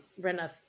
Rena